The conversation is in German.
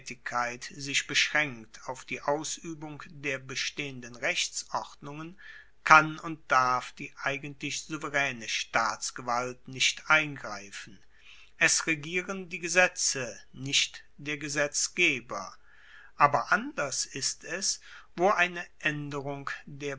sich beschraenkt auf die ausuebung der bestehenden rechtsordnungen kann und darf die eigentlich souveraene staatsgewalt nicht eingreifen es regieren die gesetze nicht der gesetzgeber aber anders ist es wo eine aenderung der